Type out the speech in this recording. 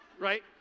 right